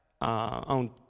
on